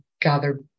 gather